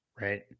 right